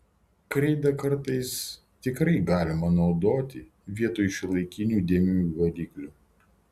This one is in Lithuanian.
kreidą kartais tikrai galima naudoti vietoj šiuolaikinių dėmių valiklių